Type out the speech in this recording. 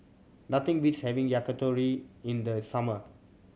nothing beats having Yakitori in the summer